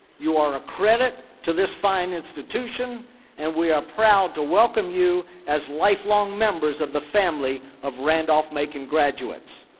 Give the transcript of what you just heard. you are a credit to this fine institution and we are proud to welcome you as lifelong members of the family of randolph-macon graduates.